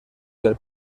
del